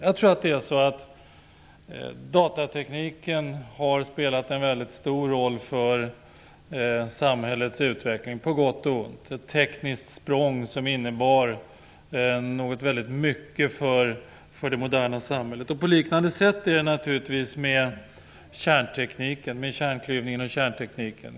Jag tror att datatekniken har spelat en stor roll för samhällets utveckling på gott och ont. Det var ett tekniskt språng som innebar väldigt mycket för det moderna samhället. På liknande sätt är det naturligtvis med kärnklyvningen och kärntekniken.